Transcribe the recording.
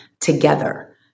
together